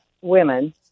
women